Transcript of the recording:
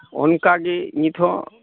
ᱚᱱᱠᱟ ᱜᱤ ᱱᱤᱛ ᱦᱚᱸ